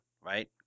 Right